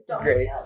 great